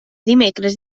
dimecres